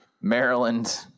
Maryland